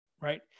right